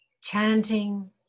chanting